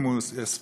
אם הוא ספרדי,